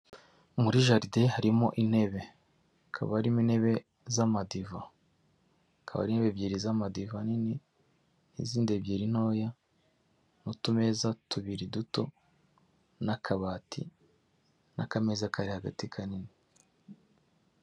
Muri jaride harimo intebe, hakaba harimo intebe z'amadiva. Hakaba harimo intebe ebyiri z'amadiva nini n'izindi ebyiri ntoya n'utumeza tubiri duto n'akabati n'akameza kari hagati kanini.